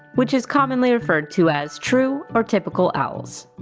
which is commonly referred to as true or typical owls.